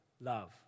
love